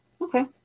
okay